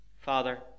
Father